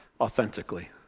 authentically